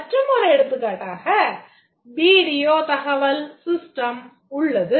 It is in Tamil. மற்றும் ஒரு எடுத்துக்காட்டாக வீடியோ தகவல் system உள்ளது